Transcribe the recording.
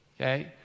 Okay